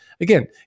again